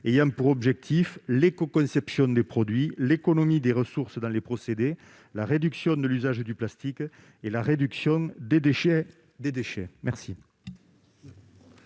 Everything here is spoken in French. afin de développer l'écoconception des produits, l'économie de ressources dans les procédés, la réduction de l'usage du plastique et la réduction des déchets. Quel